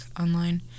online